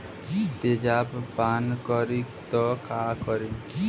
तेजाब पान करी त का करी?